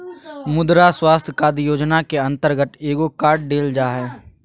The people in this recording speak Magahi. मुद्रा स्वास्थ कार्ड योजना के अंतर्गत एगो कार्ड देल जा हइ